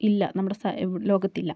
ഇല്ല നമ്മുടെ സാ ലോകത്തില്ല